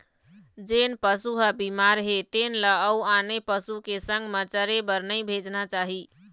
जेन पशु ह बिमार हे तेन ल अउ आने पशु के संग म चरे बर नइ भेजना चाही